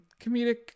comedic